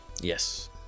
Yes